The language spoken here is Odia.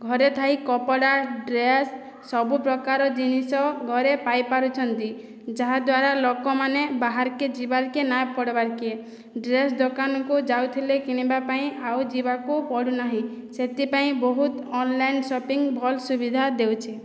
ଘରେ ଥାଇ କପଡ଼ା ଡ୍ରେସ୍ ସବୁପ୍ରକାର ଜିନିଷ ଘରେ ପାଇପାରୁଛନ୍ତି ଯାହାଦ୍ୱାରା ଲୋକମାନେ ବାହାରକେ ଯିବାରକେ ନା ପଡ଼ବାରକେ ଡ୍ରେସ୍ ଦୋକାନକୁ ଯାଉଥିଲେ କିଣିବା ପାଇଁ ଆଉ ଯିବାକୁ ପଡ଼ୁନାହିଁ ସେଥିପାଇଁ ବହୁତ ଅନଲାଇନ ସପିଙ୍ଗ ଭଲ୍ ସୁବିଧା ଦେଉଛି